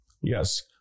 Yes